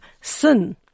sin